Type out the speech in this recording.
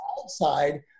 outside